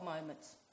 moments